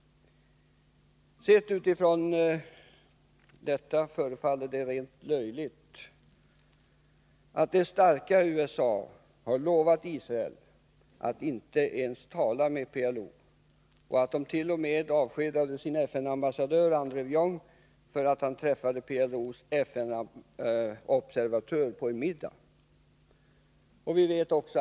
Sett utifrån förefaller det rent av löjligt att det starka USA har lovat Israel att inte ens tala med PLO. Man t.o.m. avskedade sin FN-ambassadör Andrew Young för att han träffat PLO:s FN-observatör på en middag!